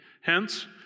Hence